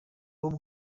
wowe